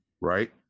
right